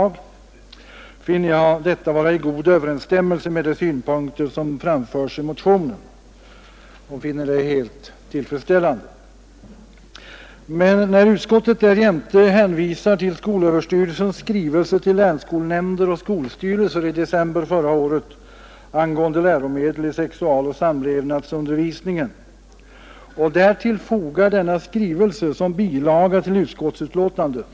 Jag finner detta uttalande vara helt tillfredsställande och i god överensstämmelse med de synpunkter som anförts i motionen. Utskottet hänvisar därjämte till skolöverstyrelsens skrivelse till länsskolnämnder och skolstyrelser i december förra året angående läromedel i sexualoch samlevnadsundervisningen och fogar därtill denna skrivelse som bilaga till utskottsbetänkandet.